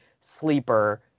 sleeper